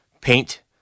paint